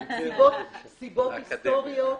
סיבות היסטוריות.